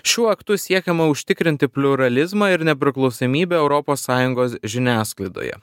šiuo aktu siekiama užtikrinti pliuralizmą ir nepriklausomybę europos sąjungos žiniasklaidoje